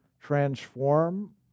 transform